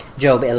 Job